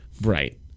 Right